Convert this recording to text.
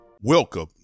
Welcome